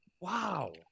Wow